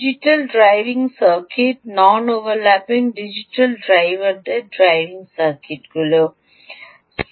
digital driving circuit non overlapping digital ড্রাইভারদের driving সার্কিটগুলি থাকবে